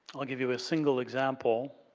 i'll give you a single example.